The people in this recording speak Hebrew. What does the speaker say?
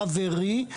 חברי,